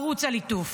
ערוץ הליטוף.